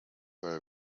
our